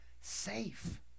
safe